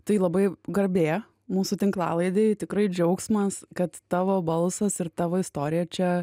tai labai garbė mūsų tinklalaidei tikrai džiaugsmas kad tavo balsas ir tavo istorija čia